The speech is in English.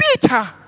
Peter